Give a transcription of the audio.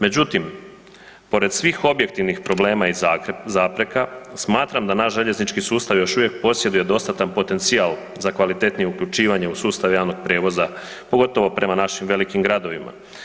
Međutim, pored svih objektivnih problema i zapreka, smatram da naš željeznički sustav još uvijek posjeduje dostatan potencijal za kvalitetnije uključivanje u sustav javnog prijevoza pogotovo prema našim velikim gra dovima.